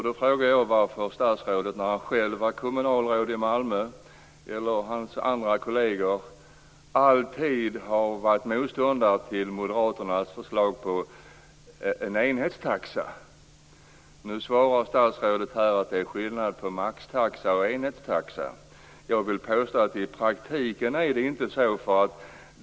Då frågar jag varför statsrådet, som själv har varit kommunalråd i Malmö, eller hans kolleger alltid har varit motståndare till moderaternas förslag om en enhetstaxa. Nu svarar statsrådet att det är skillnad på maxtaxa och enhetstaxa. Jag vill påstå att det i praktiken inte är så.